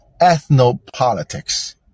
ethnopolitics